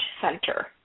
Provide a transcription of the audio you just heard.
center